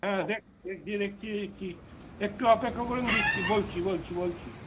হ্যাঁ দেখছি দেখছি দেখছি দেখছি একটু অপেক্ষা করেন দেখছি বলছি বলছি বলছি